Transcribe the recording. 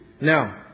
Now